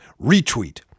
Retweet